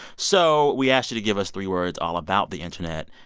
so we asked you to give us three words all about the internet.